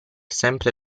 sempre